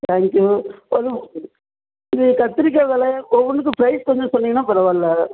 thank you இது கத்திரிக்காய் வெலை ஒவ்வொன்றுக்கு ப்ரைஸ் கொஞ்சம் சொன்னீங்கனால் பரவாயில்லை